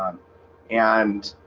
and